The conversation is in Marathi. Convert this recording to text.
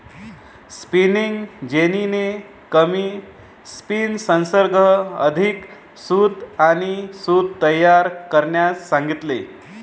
स्पिनिंग जेनीने कमी स्पिनर्ससह अधिक सूत आणि सूत तयार करण्यास सांगितले